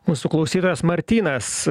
mūsų klausytojas martynas